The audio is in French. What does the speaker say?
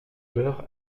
beurre